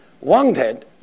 wanted